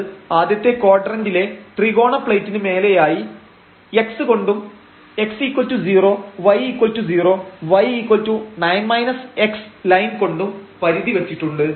അത് ആദ്യത്തെ ക്വാഡ്രന്റിലെ ത്രികോണ പ്ലേറ്റിന് മേലെയായി x കൊണ്ടും x0 y0 y9 x line കൊണ്ടും പരിധി വെച്ചിട്ടുണ്ട്